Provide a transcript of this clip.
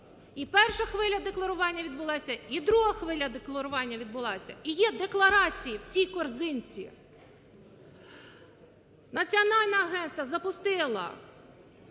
І перша хвиля декларування відбулася, і друга хвиля декларування відбулася, і є декларації в цій корзинці. Національне агентство запустило